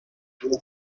mes